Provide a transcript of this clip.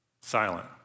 silent